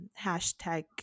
hashtag